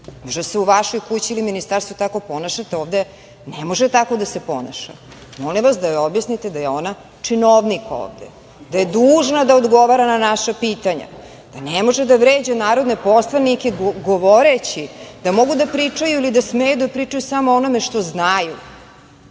možda se u vašoj kući ili u Ministarstvu tako ponašate, ovde ne može tako da se ponaša. Molim vas da joj objasnite da je ona činovnik ovde, da je dužna da odgovara na naša pitanja, da ne može da vređa narodne poslanike govoreći da mogu da pričaju ili da smeju da pričaju samo o onome što znaju